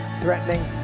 threatening